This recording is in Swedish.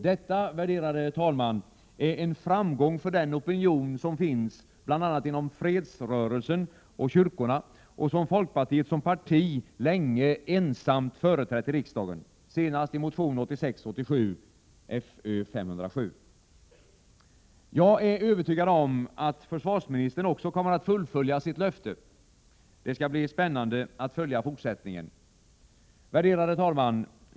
Detta, värderade talman, är en framgång för den opinion som finns — bl.a. inom fredsrörelsen och kyrkorna — och som folkpartiet som parti länge ensamt företrätt i riksdagen, senast i motion 1986/87:Fö507. Jag är övertygad om att försvarsministern också kommer att fullfölja sitt löfte. Det skall bli spännande att följa fortsättningen. Herr talman!